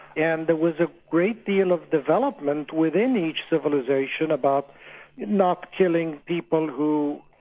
and there was a great deal of development within each civilisation about not killing people who,